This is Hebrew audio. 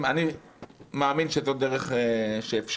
אני מאמין שזאת דרך אפשרית.